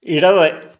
ഇടത്